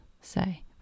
say